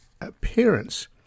appearance